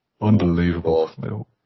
unbelievable